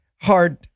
hard